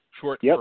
short